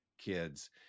kids